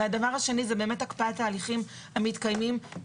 הדבר הנוסף הוא הקפאת ההליכים המתקיימים.